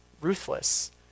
ruthless